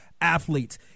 athletes